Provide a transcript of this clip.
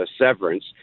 severance